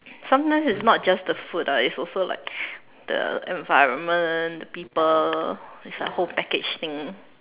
sometimes it's not just the food it's also like the environment the people it's a whole package thing